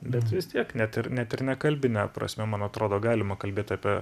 bet vis tiek net ir net ir nekalbine prasme man atrodo galima kalbėt apie